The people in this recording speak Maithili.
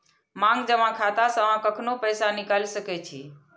मांग जमा खाता सं अहां कखनो पैसा निकालि सकै छी